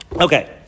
Okay